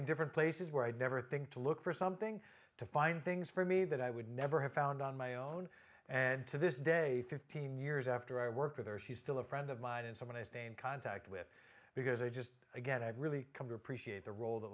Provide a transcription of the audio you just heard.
at different places where i'd never think to look for something to find things for me that i would never have found on my own and to this day fifteen years after i work with her she's still a friend of mine and someone i stay in contact with because i just again i've really come to appreciate the role